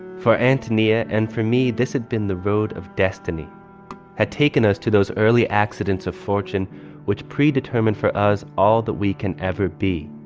for antonia and for me, this had been the road of destiny had taken us to those early accidents of fortune which predetermined for us all that we can ever be.